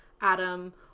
Adam